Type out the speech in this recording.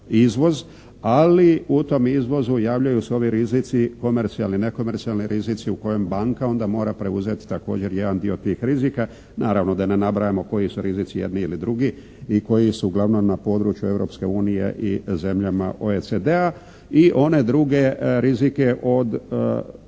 ali u tom izvozu javljaju se ovi rizici komercijalni, nekomercijalni rizici u kojem banka onda mora preuzeti također jedan dio tih rizika. Naravno da ne nabrajamo koji su rizici jedni ili drugi i koji su uglavnom na području Europske unije i zemljama OECD-a. I one druge rizike od bih